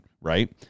right